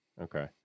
Okay